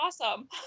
awesome